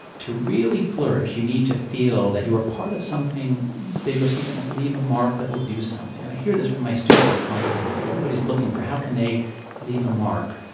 to really flourish, you need to feel that you are part of something big, or something that will leave a mark, that will do something and i hear this from my students constantly. everybody's looking for how can they leave a mark?